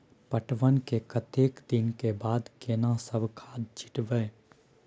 पटवन के कतेक दिन के बाद केना सब खाद छिटबै?